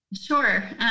Sure